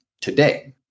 today